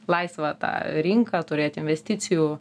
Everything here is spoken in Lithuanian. laisvą tą rinką turėt investicijų